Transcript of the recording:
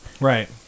Right